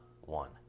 one